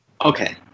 Okay